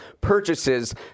purchases